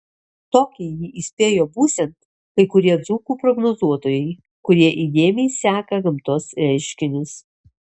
tokį jį įspėjo būsiant kai kurie dzūkų prognozuotojai kurie įdėmiai seka gamtos reiškinius